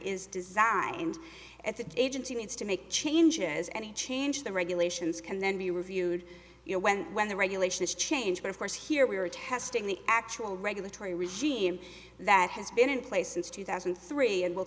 is designed at the agency needs to make changes and it changes the regulations can then be reviewed you know when when the regulations change but of course here we are testing the actual regulatory regime that has been in place since two thousand and three and will